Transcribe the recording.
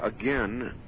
again